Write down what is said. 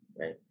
right